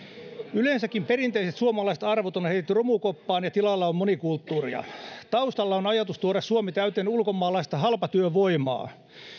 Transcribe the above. yleensäkin perinteiset suomalaiset arvot on heitetty romukoppaan ja tilalla on monikulttuuria taustalla on ajatus tuoda suomi täyteen ulkomaalaista halpatyövoimaa